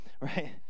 Right